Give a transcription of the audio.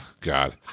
God